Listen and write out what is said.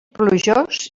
plujós